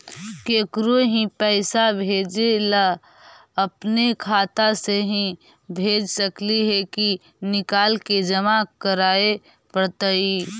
केकरो ही पैसा भेजे ल अपने खाता से ही भेज सकली हे की निकाल के जमा कराए पड़तइ?